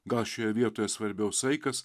gal šioje vietoje svarbiau saikas